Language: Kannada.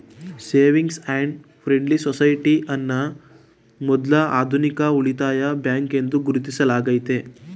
ಸೇವಿಂಗ್ಸ್ ಅಂಡ್ ಫ್ರೆಂಡ್ಲಿ ಸೊಸೈಟಿ ಅನ್ನ ಮೊದ್ಲ ಆಧುನಿಕ ಉಳಿತಾಯ ಬ್ಯಾಂಕ್ ಎಂದು ಗುರುತಿಸಲಾಗೈತೆ